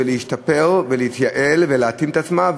ולהשתפר ולהתייעל ולהתאים את עצמה,